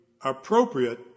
appropriate